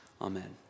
Amen